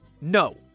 No